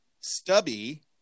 Stubby